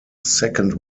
second